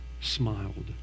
smiled